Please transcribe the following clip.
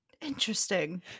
Interesting